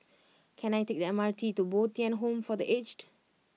can I take the M R T to Bo Tien Home for the Aged